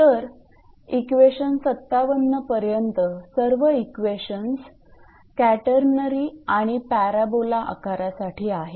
तर इक्वेशन 57 पर्यंत सर्व इक्वेशन्स कॅटेनरी आणि पॅराबोला आकारासाठी आहेत